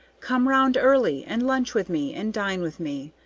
come round early, and lunch with me and dine with me.